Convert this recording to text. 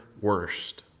worst